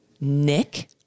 Nick